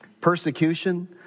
persecution